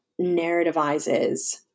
narrativizes